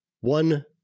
one